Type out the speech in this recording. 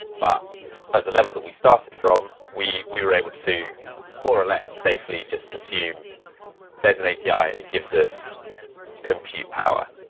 but at the level that we started from, we we were able to more or less safely just assume there's an api ah and it gives us compute power,